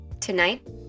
Tonight